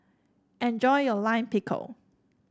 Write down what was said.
enjoy your Lime Pickle